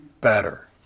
better